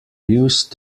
used